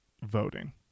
voting